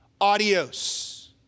adios